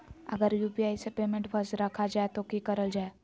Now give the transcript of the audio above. अगर यू.पी.आई से पेमेंट फस रखा जाए तो की करल जाए?